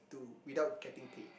to without getting paid